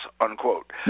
unquote